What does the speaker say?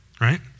right